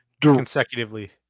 consecutively